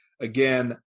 again